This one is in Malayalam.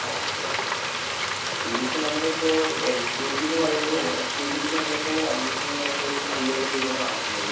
ഓക്കെ ഓക്കെ ഫീസ് നമ്മൾ ഇപ്പോൾ എൽ കെ ജിയെന്ന് പറയുമ്പോൾ എൽ കെ ജിയിലേക്ക് നമ്മൾ ഇപ്പോൾ അഡ്മിഷൻ പറയുമ്പോൾ ഒരു അയ്യായിരം രൂപ ആണ് വാങ്ങിക്കുന്നത്